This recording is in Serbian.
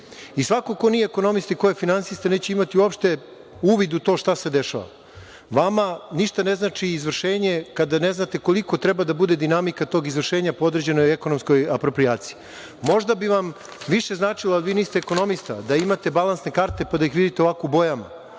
Svako ko nije ekonomista i ko ne zna finansije isto neće imati uopšte uvid u to šta se dešava. Vama ništa ne znači izvršenje kada ne znate kolika treba da bude dinamika tog izvršenja po određenoj ekonomskoj aproprijaciji. Možda bi vam više značila, vi niste ekonomista, da imate balansne karte, pa da ih vidite ovako u bojama,